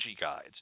guides